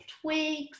twigs